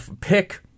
pick